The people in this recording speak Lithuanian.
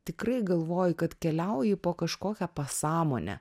tikrai galvoji kad keliauji po kažkokią pasąmonę